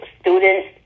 students